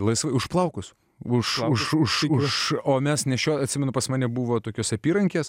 laisvai užplaukus už o mes nešioti atsimenu pas mane buvo tokios apyrankės